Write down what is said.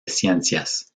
ciencias